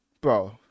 bro